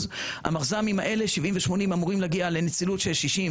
המחז"מים האלה 70 ו-80 אמורים להגיע לנצילות של 62%,